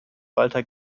walter